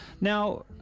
Now